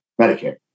Medicare